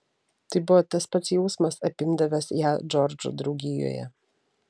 tai buvo tas pats jausmas apimdavęs ją džordžo draugijoje